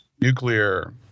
Nuclear